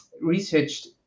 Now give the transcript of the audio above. researched